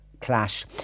clash